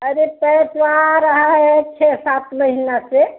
अरे पैर तो आ रहा है छः सात महीना से